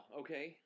okay